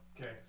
Okay